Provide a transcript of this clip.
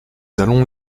allons